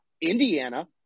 Indiana